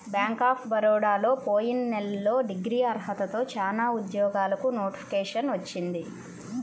bank of బరోడాలో పోయిన నెలలో డిగ్రీ అర్హతతో చానా ఉద్యోగాలకు నోటిఫికేషన్ వచ్చింది